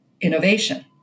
innovation